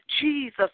Jesus